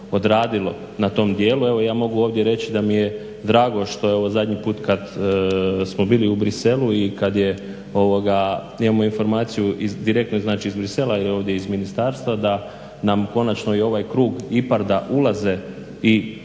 na tom dijelu. Evo ja mogu ovdje reći da mi je drago što je ovo zadnji put kad smo bili u Bruxellesu i kad je imamo informaciju direktno znači iz Bruxellesa i ovdje iz ministarstva da nam konačno i ovaj krug IPARD-a ulaze i